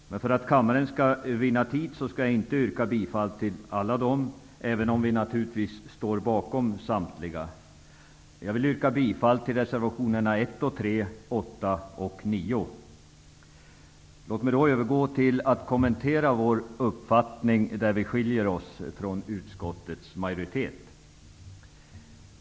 För att kammaren skall vinna tid skall jag inte yrka bifall till alla dem, även om vi naturligtvis står bakom samtliga. Jag vill yrka bifall till reservationerna 1, 3, 8 och 9. Låt mig sedan övergå till att kommentera vår uppfattning där den skiljer sig från utskottsmajoritetens.